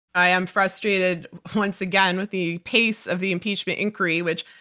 i am frustrated once again with the pace of the impeachment inquiry, which,